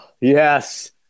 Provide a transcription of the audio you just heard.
yes